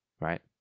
right